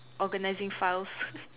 organising files